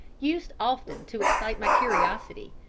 used often to excite my curiosity,